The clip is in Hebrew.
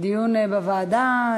דיון בוועדה?